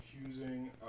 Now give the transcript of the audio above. accusing